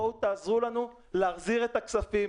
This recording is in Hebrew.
בואו תעזרו לנו להחזיר את הכספים,